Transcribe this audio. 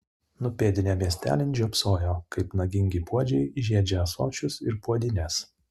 nupėdinę miestelin žiopsojo kaip nagingi puodžiai žiedžia ąsočius ir puodynes